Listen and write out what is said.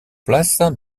place